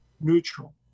neutral